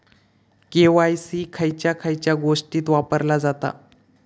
KYC खयच्या खयच्या गोष्टीत वापरला जाता?